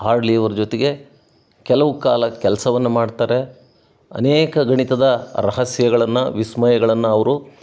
hardly ಅವ್ರ ಜೊತೆಗೆ ಕೆಲವು ಕಾಲ ಕೆಲಸವನ್ನ ಮಾಡ್ತಾರೆ ಅನೇಕ ಗಣಿತದ ರಹಸ್ಯಗಳನ್ನು ವಿಸ್ಮಯಗಳನ್ನು ಅವರು